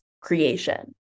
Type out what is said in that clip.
creation